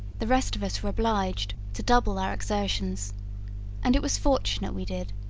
the rest of us were obliged to double our exertions and it was fortunate we did,